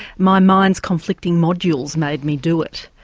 my mind's conflicting modules made me do it?